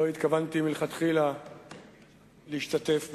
לא התכוונתי מלכתחילה להשתתף בדיון,